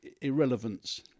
irrelevance